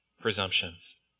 presumptions